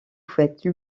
fouette